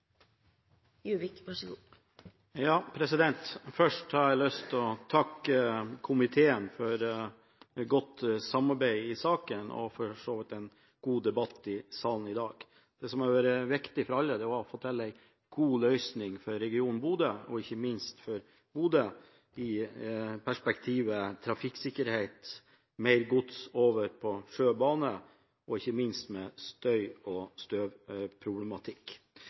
og for så vidt en god debatt i salen i dag. Det som har vært viktig for alle, er å få til en god løsning for regionen og for Bodø, i perspektivet trafikksikkerhet og mer gods over på sjø og bane, ikke minst med tanke på støy- og